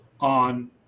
on